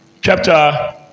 chapter